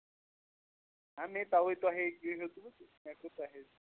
اَہن مے تَوَے تۄہے یہِ ہیوٚتوٕ مےٚ ہیوٚتوٕ تۄہے